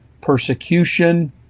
persecution